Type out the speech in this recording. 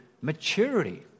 maturity